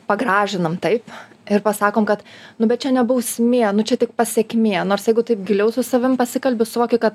pagražinam taip ir pasakom kad nu bet čia ne bausmė nu čia tik pasekmė nors jeigu taip giliau su savim pasikalbi suvoki kad